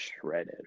shredded